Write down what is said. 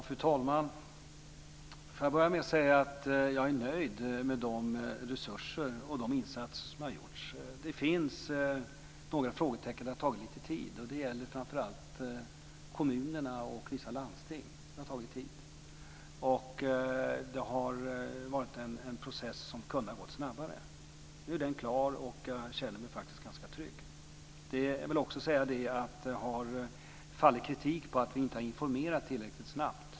Fru talman! Låt mig börja med att säga att jag är nöjd med resurserna och med de insatser som har gjorts. Det finns några frågetecken; t.ex. har det tagit lite tid. Det gäller framför allt kommunerna och vissa landsting. Där har det tagit tid. Det har varit en process som kunde ha gått snabbare. Nu är den klar, och jag känner mig faktiskt ganska trygg. Det har också rests kritik mot att vi inte har informerat tillräckligt snabbt.